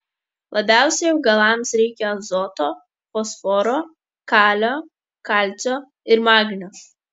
labiausiai augalams reikia azoto fosforo kalio kalcio ir magnio